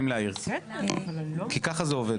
המדע והטכנולוגיה אורית פרקש הכהן: